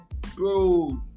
bro